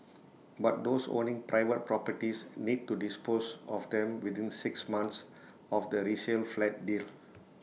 but those owning private properties need to dispose of them within six months of the resale flat deal